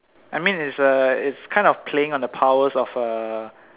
I mean it's uh it's kinda playing on the powers of a